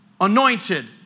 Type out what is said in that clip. anointed